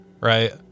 Right